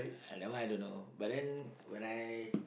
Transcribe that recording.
that one I don't know but then when I